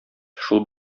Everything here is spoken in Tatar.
шул